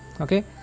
Okay